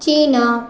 China